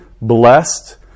blessed